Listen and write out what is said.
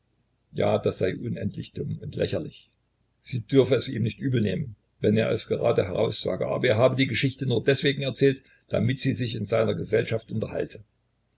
ja das sei unendlich dumm und lächerlich sie dürfe es ihm nicht übel nehmen wenn er es gradheraus sage aber er habe die geschichte nur deswegen erzählt damit sie sich in seiner gesellschaft unterhalte